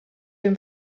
dem